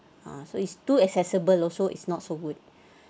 ah so is too accessible also is not so good